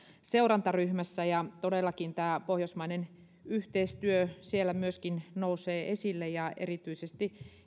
seurantaryhmässä ja todellakin tämä pohjoismainen yhteistyö siellä myöskin nousee esille erityisesti